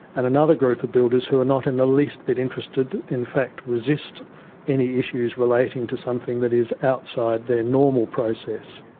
and another group of builders who are not in the least bit interested, in fact resist any issues relating to something that is outside their normal process.